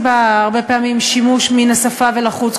בה הרבה פעמים שימוש מן השפה ולחוץ.